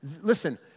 Listen